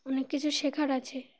অনেক কিছু শেখার আছে